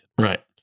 Right